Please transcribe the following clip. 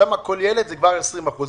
שם כל ילד, זה כבר 20 אחוזים.